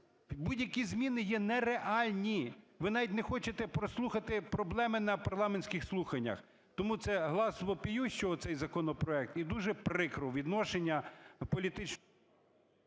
Будь-які зміни є нереальні! Ви навіть не хочете прослухати проблеми на парламентських слуханнях. Тому це "глас вопиющего" цей законопроект і дуже прикро відношення… ГОЛОВУЮЧИЙ.